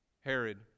Herod